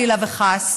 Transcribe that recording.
חלילה וחס,